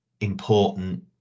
important